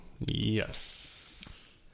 Yes